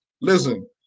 Listen